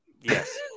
Yes